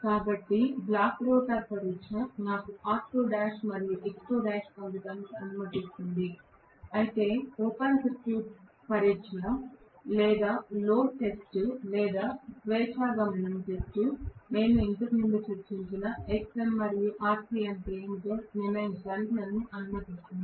కాబట్టి block rotor పరీక్ష నాకు R2l మరియు X2l పొందటానికి అనుమతిస్తుంది అయితే ఓపెన్ సర్క్యూట్ పరీక్ష లేదా లోడ్ టెస్ట్ లేదా స్వెచ్చా గమనం టెస్ట్ మేము ఇంతకుముందు చర్చించిన Xm మరియు Rc అంటే ఏమిటో నిర్ణయించడానికి నన్ను అనుమతిస్తుంది